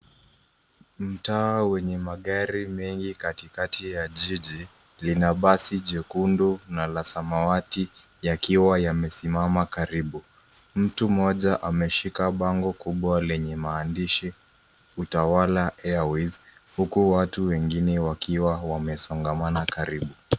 Mtaa wenye magari mengi katikati ya jiji, lina basi jekundu na la samawati yakiwa yamesimama karibu. Mtu mmoja ameshika bango kubwa lenye maandishi Utawala Airways huku watu wengine wakiwa wamesongamana karibu.